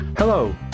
Hello